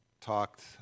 talked